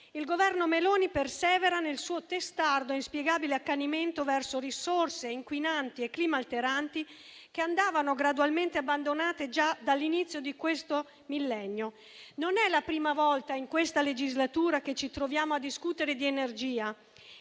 il Governo Meloni persevera nel suo testardo e inspiegabile accanimento verso risorse inquinanti e clima alteranti che andavano gradualmente abbandonate già dall'inizio di questo millennio. Non è la prima volta in questa legislatura che ci troviamo a discutere di energia